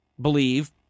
believe